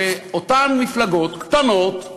שאותן מפלגות קטנות,